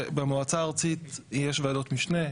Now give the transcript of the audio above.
במועצה הארצית יש ועדות משנה,